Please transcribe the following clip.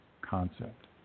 concept